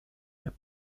herr